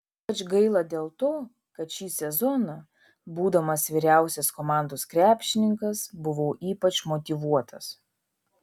ypač gaila dėl to kad šį sezoną būdamas vyriausias komandos krepšininkas buvau ypač motyvuotas